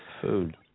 Food